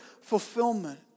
fulfillment